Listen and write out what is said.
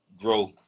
grow